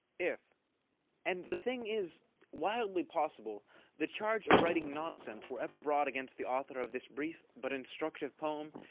if and the thing is wildly possible the charge of writing nonsense were ever brought against the author of this brief but instructive poem,